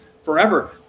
forever